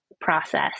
process